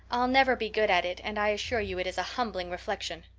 i'll never be good at it and i assure you it is a humbling reflection.